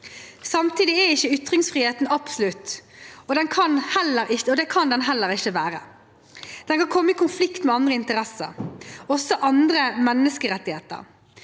Samtidig er ikke ytringsfriheten absolutt, og det kan den heller ikke være. Den kan komme i konflikt med andre interesser – også andre menneskerettigheter.